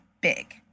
big